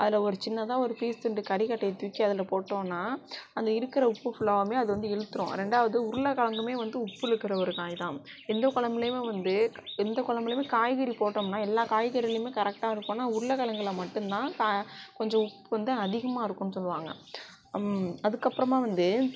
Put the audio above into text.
அதில் ஒரு சின்னதாக ஒரு பீஸ் துண்டு கரிக்கட்டையை தூக்கி அதில் போட்டோம்னால் அந்த இருக்கிற உப்பு ஃபுல்லாவுமே அது வந்து இழுத்துவிடும் ரெண்டாவது உருளைகெழங்குமே வந்து உப்பு இழுக்கிற ஒரு காய் தான் எந்த குழம்புலையுமே வந்து எந்த குழம்புலையுமே காய்கறி போட்டோம்னால் எல்லா காய்கறியிலயுமே கரெக்டாக இருக்கும் உருளைகெழங்குல மட்டும்தான் க கொஞ்சம் உப்பு வந்து அதிகமாக இருக்குதுன்னு சொல்லுவாங்க அதுக்கப்புறமா வந்து